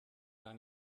gar